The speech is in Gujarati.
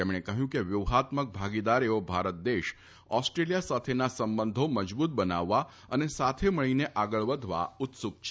તેમણે કહ્યું કે વ્યુફાત્મક ભાગીદાર એવો ભારત દેશ ઓસ્ટ્રેલિયા સાથેના સંબંધો મજબૂત બનાવવા અને સાથે મળીને આગળ વધવા ઉત્સુક છે